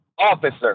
officer